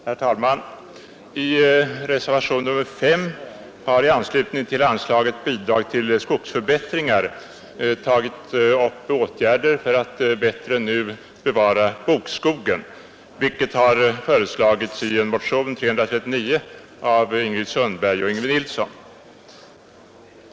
Herr talman! I reservationen 5 har i anslutning till anslaget ”Bidrag till skogsförbättringar” tagits upp frågan om åtgärder för att bättre än nu bevara bokskogen, vilket föreslagits i motionen 339 av Ingrid Sundberg och Yngve Nilsson.